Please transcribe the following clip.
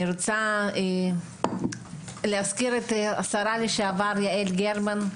אני רוצה להזכיר את השרה לשעבר יעל גרמן,